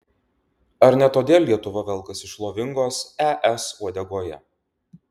ar ne todėl lietuva velkasi šlovingos es uodegoje